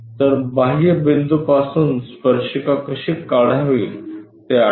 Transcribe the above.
तरबाह्य बिंदूपासून स्पर्शिका कशी काढावी ते आठवा